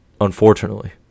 unfortunately